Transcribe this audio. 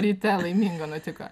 ryte laimingo nutiko